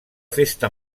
festa